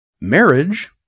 marriage